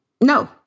no